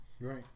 Right